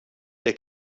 der